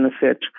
benefit